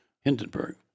Hindenburg